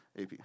AP